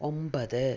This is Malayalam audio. ഒമ്പത്